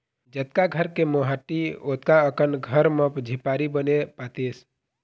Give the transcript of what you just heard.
जतका घर के मोहाटी ओतका अकन घर म झिपारी बने पातेस